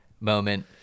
moment